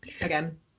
again